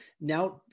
now